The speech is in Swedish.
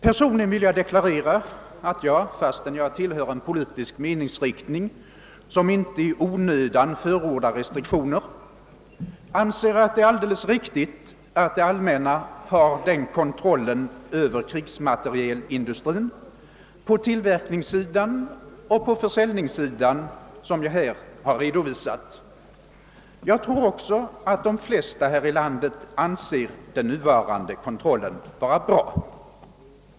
Personligen vill jag deklarera att jag, fastän jag tillhör en politisk meningsriktning som inte i onödan förordar restriktioner, anser att det är alldeles riktigt att det allmänna har den kontroll över krigsmaterielindustrin på tillverkningsoch försäljningssidan som här har redovisats. Jag tror också att de flesta här i landet anser den nuvarande kontrollen bra.